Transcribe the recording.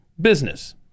business